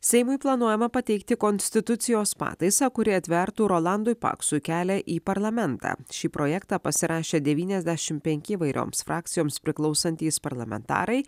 seimui planuojama pateikti konstitucijos pataisą kuri atvertų rolandui paksui kelią į parlamentą šį projektą pasirašė devyniasdešim penki įvairioms frakcijoms priklausantys parlamentarai